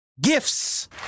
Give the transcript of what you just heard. Gifts